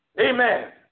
amen